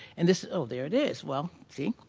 and this, oh there it is. well, see.